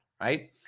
right